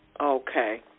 Okay